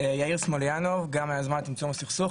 אני גם מהיוזמה לצמצום הסכסוך,